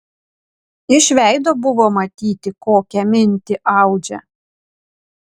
iš veido buvo matyti kokią mintį audžia